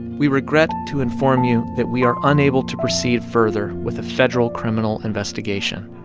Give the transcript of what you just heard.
we regret to inform you that we are unable to proceed further with a federal criminal investigation.